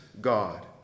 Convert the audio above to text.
God